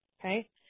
Okay